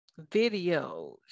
videos